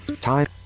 time